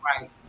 right